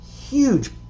huge